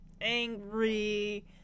angry